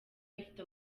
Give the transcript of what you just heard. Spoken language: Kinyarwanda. ifite